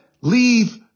leave